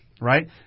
right